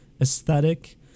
aesthetic